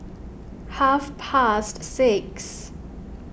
half past six